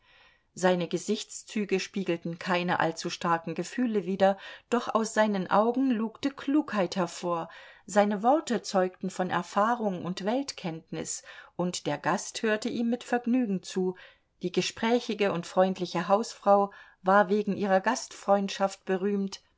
seine gesichtszüge spiegelten keine allzu starken gefühle wieder doch aus seinen augen lugte klugheit hervor seine worte zeugten von erfahrung und weltkenntnis und der gast hörte ihm mit vergnügen zu die gesprächige und freundliche hausfrau war wegen ihrer gastfreundschaft berühmt